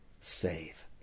save